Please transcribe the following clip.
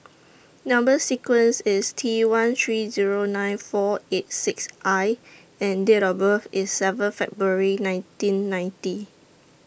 Number sequence IS T one three Zero nine four eight six I and Date of birth IS seven February nineteen ninety